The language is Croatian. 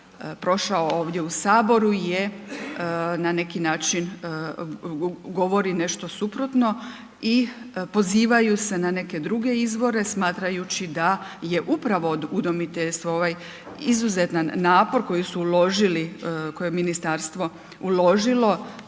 propao ovdje u Saboru je na neki način govori nešto suprotno i pozivaju se na neke druge izvore, smatrajući da je upravo udomiteljstvo ovaj izuzetan napor koji su uložili, koje je ministarstvo uložilo